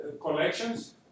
collections